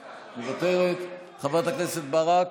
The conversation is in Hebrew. מוותרת, חברת הכנסת ברק,